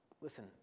Listen